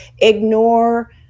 ignore